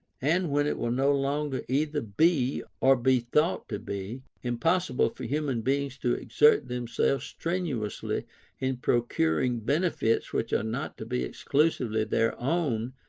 and when it will no longer either be, or be thought to be, impossible for human beings to exert themselves strenuously in procuring benefits which are not to be exclusively their own,